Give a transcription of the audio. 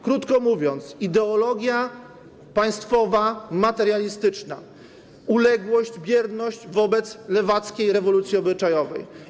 Krótko mówiąc, ideologia państwowa - materialistyczna, uległość, bierność wobec lewackiej rewolucji obyczajowej.